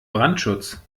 brandschutz